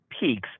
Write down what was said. peaks